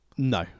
No